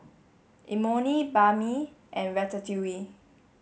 Imoni Banh Mi and Ratatouille